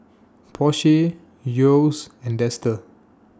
Porsche Yeo's and Dester